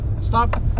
Stop